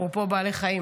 אפרופו בעלי חיים,